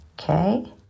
okay